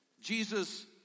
Jesus